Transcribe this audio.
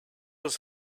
was